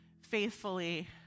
faithfully